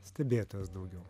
stebėtojas daugiau